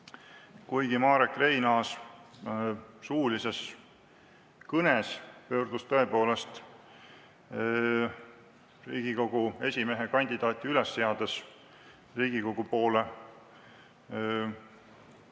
Kuigi Marek Reinaas suulises kõnes pöördus tõepoolest Riigikogu esimehe kandidaati üles seades Riigikogu poole,